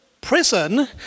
prison